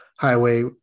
highway